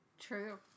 True